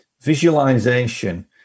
visualization